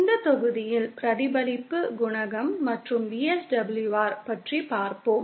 இந்த தொகுதியில் பிரதிபலிப்பு குணகம் மற்றும் VSWR பற்றி பார்ப்போம்